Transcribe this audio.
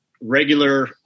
regular